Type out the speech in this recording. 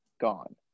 gone